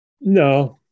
No